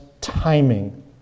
timing